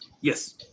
Yes